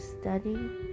studying